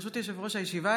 ברשות יושב-ראש הישיבה,